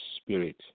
spirit